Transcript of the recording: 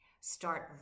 start